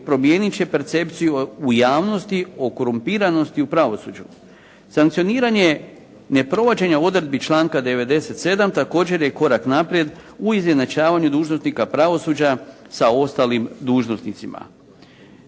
promijenit će percepciju u javnosti o korumpiranosti u pravosuđu. Sankcioniranje neprovođenja odredbi članka 97. također je korak naprijed u izjednačavanju dužnosnika pravosuđa sa ostalim dužnosnicima.